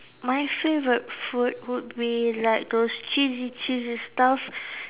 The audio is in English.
my favourite food would be like those cheesy cheesy stuff